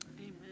Amen